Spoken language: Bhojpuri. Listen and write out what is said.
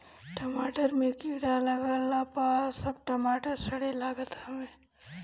टमाटर में कीड़ा लागला पअ सब टमाटर सड़े लागत हवे